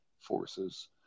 forces